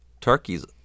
turkeys